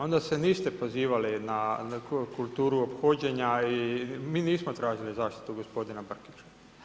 Onda se niste pozivali na kulturu ophođenja i mi nismo tražili zaštitu gospodina Brkića.